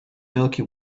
milky